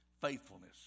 faithfulness